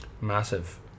Massive